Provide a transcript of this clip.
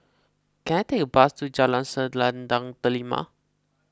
can I take a bus to Jalan Selendang Delima